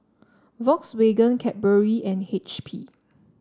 Volkswagen Cadbury and H P